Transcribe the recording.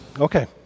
Okay